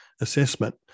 assessment